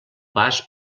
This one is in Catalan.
pas